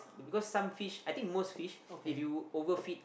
because some fish I think most fish if you overfeed